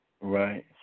Right